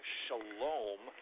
shalom